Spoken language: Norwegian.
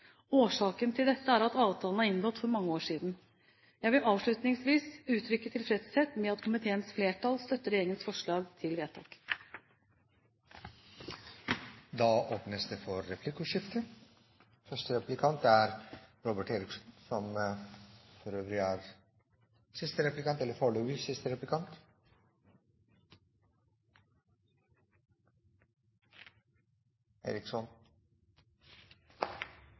Årsaken til dette er at avtalene er inngått for mange år siden. Jeg vil avslutningsvis uttrykke tilfredshet med at komiteens flertall støtter regjeringens forslag til vedtak. Det blir replikkordskifte. Hvis vi tar utgangspunkt i to personer og den ene er 67 år, har alderspensjon, en utbetalt pensjon på 166 000, og den andre er